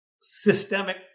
systemic